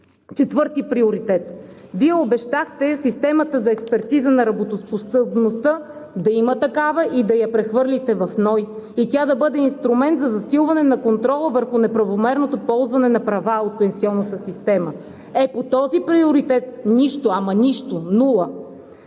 Четвърти приоритет – обещахте система за експертиза на работоспособността, да има такава, да я прехвърлите в НОИ и тя да бъде инструмент за засилване на контрола върху неправомерното ползване на права от пенсионната система. Е, по този приоритет –нищо! Ама нищо! Нула!